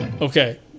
okay